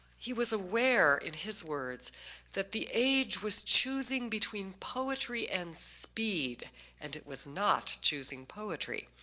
he was aware, in his words that the age was choosing between poetry and speed and it was not choosing poetry.